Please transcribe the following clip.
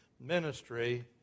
ministry